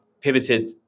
pivoted